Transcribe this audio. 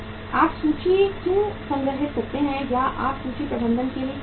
आप सूची क्यों संग्रहीत करते हैं या आप सूची प्रबंधन के लिए क्यों जाते हैं